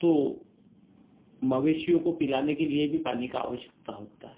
तो मवेशियों को पिलाने के लिए भी पानी का आवश्कता होता है